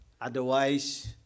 otherwise